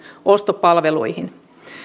ostopalveluihin